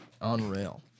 Unreal